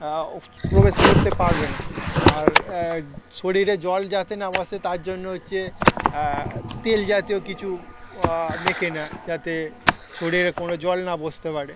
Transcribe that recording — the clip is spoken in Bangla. প্রবেশ করতে পারবে না আর শরীরে জল যাতে না বসে তার জন্য হচ্ছে তেল জাতীয় কিছু মেেকে না যাতে শরীরে কোনো জল না বসতে পারে